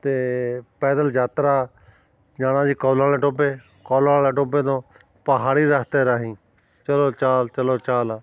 ਅਤੇ ਪੈਦਲ ਯਾਤਰਾ ਜਾਣਾ ਅਸੀਂ ਕੌਲਾਂ ਵਾਲੇ ਟੋਭੇ ਕੌਲਾਂ ਵਾਲੇ ਟੋਭੇ ਤੋਂ ਪਹਾੜੀ ਰਸਤੇ ਰਾਹੀਂ ਚਲੋ ਚਾਲ ਚਲੋ ਚਾਲ